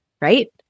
right